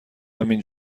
همین